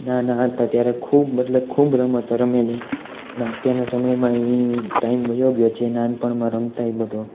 નાના હતા ત્યારે ખૂબ એટલે ખૂબ રમતો રમેલી પણ અત્યારના સમયમાં એ ટાઈમ વયો ગયો છે નાનાપણમાં રમતા એ બધો